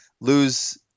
lose